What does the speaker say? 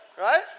right